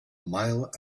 mile